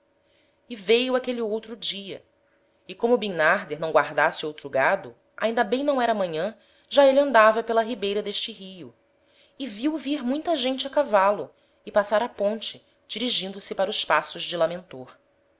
e veio aquele outro dia e como bimnarder não guardasse outro gado ainda bem não era manhan já êle andava pela ribeira d'este rio e viu vir muita gente a cavalo e passar a ponte dirigindo-se para os paços de lamentor